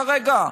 לעשות כרגע?